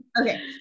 Okay